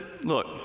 look